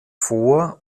vor